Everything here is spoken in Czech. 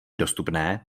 dostupné